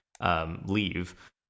Leave